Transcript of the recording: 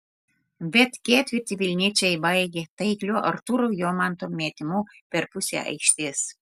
bet ketvirtį vilniečiai baigė taikliu artūro jomanto metimu per pusę aikštės